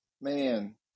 man